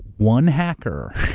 one hacker.